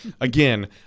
Again